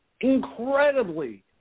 incredibly